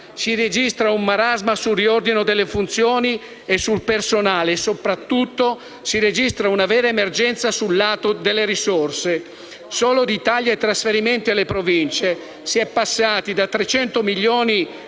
Si registra un marasma sul riordino delle funzioni e sul personale e, soprattutto, una vera emergenza sul lato delle risorse. Solo di tagli ai trasferimenti alle Province si è passati da 300 milioni di